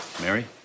Mary